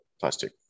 plastic